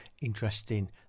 interesting